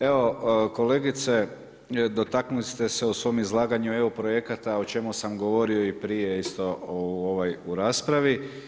Evo kolegice dotaknuli ste se u svom izlaganju EU projekata o čemu sam govorio i prije isto u raspravi.